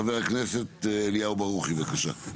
חבר הכנסת אליהו ברוכי, בבקשה.